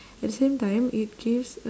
at the same time it gives